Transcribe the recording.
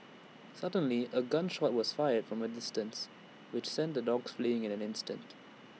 suddenly A gun shot was fired from A distance which sent the dogs fleeing in an instant